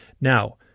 now